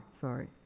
sorry